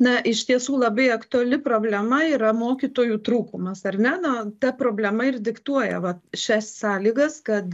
na iš tiesų labai aktuali problema yra mokytojų trūkumas ar ne na ta problema ir diktuoja vat šias sąlygas kad